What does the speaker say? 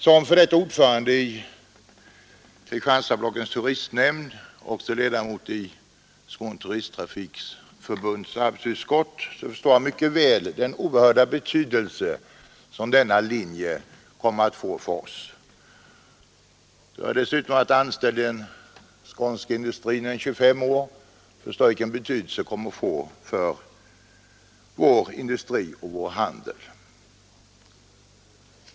Som f.d. ordförande i Kristianstadblockets turistnämnd och som ledamot i Skånes turisttrafikförbunds arbetsutskott förstår jag mycket väl den betydelse som denna linje kommer att få för turismen. Då jag dessutom varit anställd i den skånska industrin i ett kvarts sekel, förstår jag vilken betydelse den kommer att få för industrin och handeln.